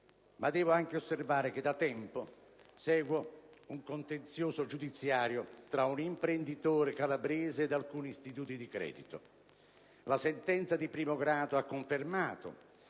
Devo osservare che da tempo seguo un contenzioso giudiziario tra un imprenditore calabrese ed alcuni istituti di credito. La sentenza di primo grado ha confermato